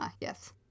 Yes